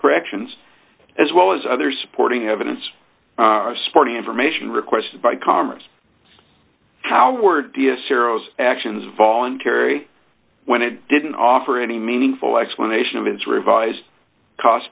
corrections as well as other supporting evidence supporting information requested by congress how were d s heroes actions voluntary when it didn't offer any meaningful explanation of its revised cost